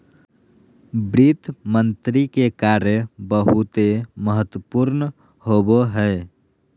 वित्त मंत्री के कार्य बहुते महत्वपूर्ण होवो हय